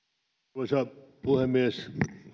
arvoisa puhemies